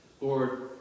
Lord